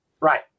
right